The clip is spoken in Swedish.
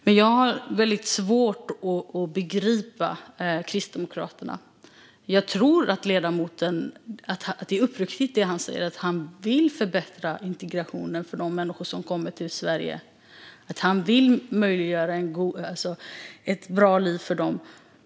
Men jag har väldigt svårt att begripa Kristdemokraterna. Jag tror att ledamoten är uppriktig när han säger att han vill förbättra integrationen för de människor som kommer till Sverige och möjliggöra ett bra liv för dem.